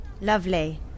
Lovely